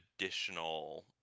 additional